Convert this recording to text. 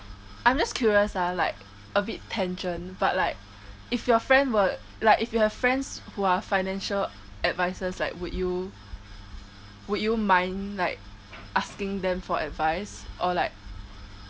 I'm just curious ah like a bit tangent but like if your friend were like if you have friends who are financial advisors like would you would you mind like asking them for advice or like